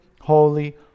holy